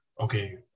okay